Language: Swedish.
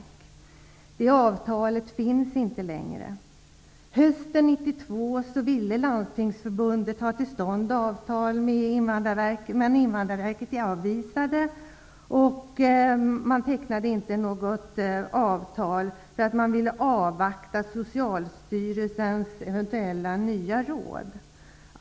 Hösten 1992 ville Landstingsförbundet få till stånd ett avtal med Invandrarverket, men verket avvisade förslaget. Något avtal tecknades inte eftersom man ville avvakta Socialstyrelsens eventuella nya råd.